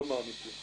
לא מעמיקים.